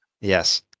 yes